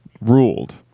ruled